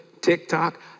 TikTok